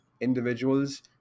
individuals